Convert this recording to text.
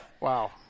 Wow